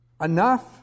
enough